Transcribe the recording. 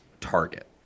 target